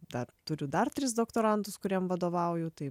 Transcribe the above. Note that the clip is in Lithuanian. dar turiu dar tris doktorantus kuriem vadovauju tai